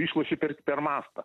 išloši per per mastą